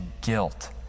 guilt